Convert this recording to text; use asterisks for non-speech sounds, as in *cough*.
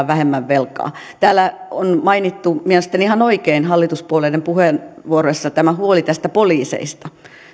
*unintelligible* vähemmän velkaa täällä on mainittu mielestäni ihan oikein hallituspuolueiden puheenvuoroissa tämä huoli näistä poliiseista